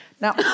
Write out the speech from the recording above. Now